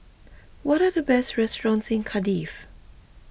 what are the best restaurants in Cardiff